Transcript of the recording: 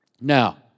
Now